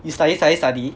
you study study study